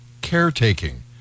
caretaking